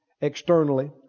externally